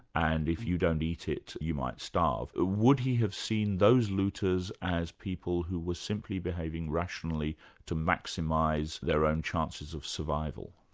and if you don't eat it, you might starve. ah would he have seen those looters as people who were simply behaving rationally to maximise their own chances of survival?